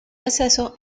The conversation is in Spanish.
deceso